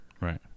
right